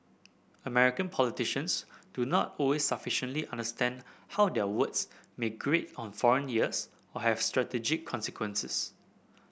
American politicians do not always sufficiently understand how their words may grate on foreign ears or have strategic consequences